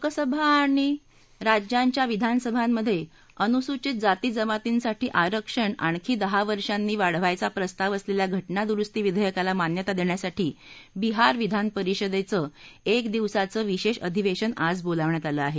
लोकसभा आणि राज्या विधानसभामध्ये अनुसूचित जाती जमातींसाठी आरक्षण आणखी दहा वर्षांसाठी वाढवण्याचा प्रस्ताव असलेल्या घऱ्जा द्रुस्ती विधेयकाला मान्यता देण्यासाठी बिहार विधानपरिषदेचे एक दिवसाचं विशेष अधिवेशन आज बोलावण्यात आलं आहे